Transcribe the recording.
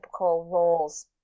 roles